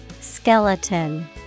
Skeleton